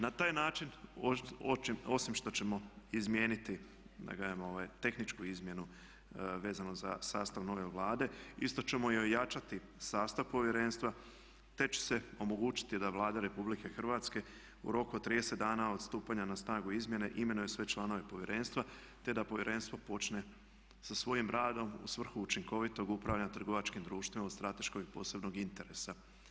Na taj način osim što ćemo izmijeniti da kažem tehničku izmjenu vezanu za sastav nove Vlade, isto ćemo i ojačati sastav povjerenstva, te će se omogućiti da Vlada Republike Hrvatske u roku od 30 dana od stupanja na snagu izmjene imenuje sve članove povjerenstva, te da povjerenstvo počne sa svojim radom u svrhu učinkovitog upravljanja trgovačkim društvima od strateškog i posebnog interesa.